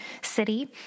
city